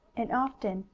and, often,